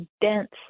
dense